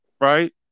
Right